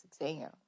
exam